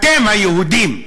אתם היהודים,